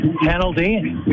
penalty